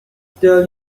tell